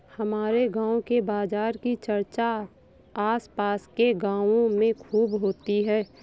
हमारे गांव के बाजार की चर्चा आस पास के गावों में खूब होती हैं